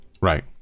Right